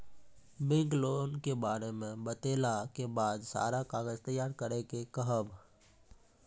Bank loan के बारे मे बतेला के बाद सारा कागज तैयार करे के कहब?